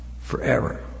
forever